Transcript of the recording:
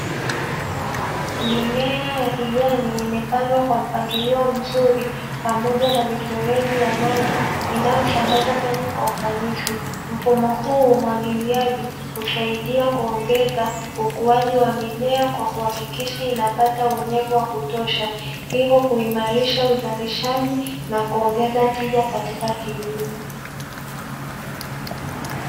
Mimea ya kijani imepangwa kwa mpangilio mzuri, pamoja na mifereji ya maji, inayosambaza maji kwa ufanisi. Mfumo huu wa umwagiliaji, husaidia kuongeza ukuaji wa mimea kwa kuhakikisha inapata unyevu wa kutosha, hivyo kuimarisha uzalishaji na kuongeza tija katika kilimo.